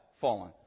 fallen